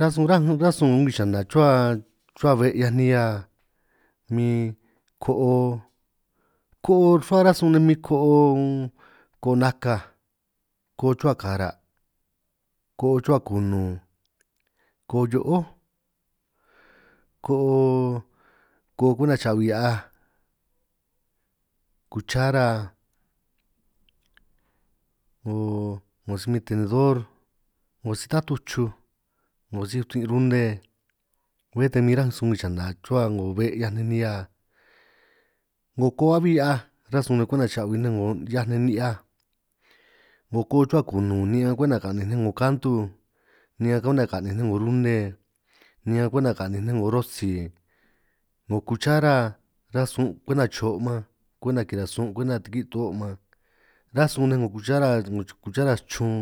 Rasun ránj sun ránj sun ngwii yana chruhua ruhua be' 'hiaj nej nihia min ko'o ko'o chruhua ránj sun nej min ko'o ko'o nakaj, ko'o chruhua kara', ko'o chruhua konun, ko'o hio'ój, ko'o ko'o kwenta cha'hui' hia'aj, kuchara 'ngo si min tenedor, 'ngo si tatuj chruj, 'ngo si utin' rune, bé ta min ránj sun yana chruhua 'ngo be', 'hiaj nej nihia 'ngo ko'o a'bi 'hia'aj, ránj sun nej kwenta cha'hui nej 'ngo 'hiaj nej, ni'hiaj 'ngo ko'o chruhua konun ni'ñan kwenta ka'nïnj nej 'ngo 'ngo kantu, ni'ñan kwenta kanïnj nej 'ngo rune, ni'ñan kwenta ka'nïnj nej 'ngo rosi, 'ngo kuchara ránj sun' kwenta cho' man, kwenta kiran' sunj kwenta tikí to'o man, ránj sun nej 'ngo kuchara 'ngo kuchara chrun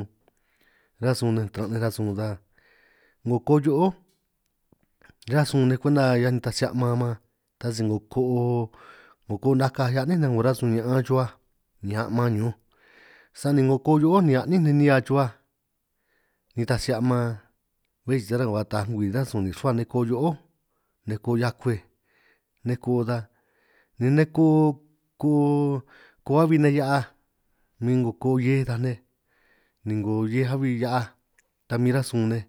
ránj sun nej taran' nej rasun ta 'ngo ko'o hio'ó, ránj sun nej kwenta nitaj si a'man man, ta si 'ngo ko'o 'ngo ko'o nakaj hiaj a'nín nej 'ngo rasun ñaan chruhuaj ni aman', ñunj sani 'ngo ko'o hio'ój ni a'nín nej nihia chruhuaj, ni nitaj si aman bé si ta ni taaj ngwii ni ránj sun nin' chruhua ninj, ko'o hio'ó nej ko'o hiakwej nej ko'o ta, ni nej ko'o ko'o ko'o a'bi nej hia'aj, min 'ngo ko'o hiej taj nej ni 'ngo hiej a'bi hia'aj ta min ránj sun nej.